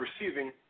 receiving